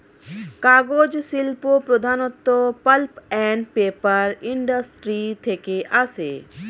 কাগজ শিল্প প্রধানত পাল্প অ্যান্ড পেপার ইন্ডাস্ট্রি থেকে আসে